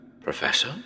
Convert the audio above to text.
Professor